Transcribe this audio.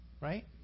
right